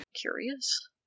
Curious